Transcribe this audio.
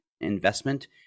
investment